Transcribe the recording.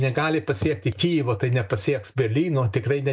negali pasiekti kijevo tai nepasieks berlyno tikrai ne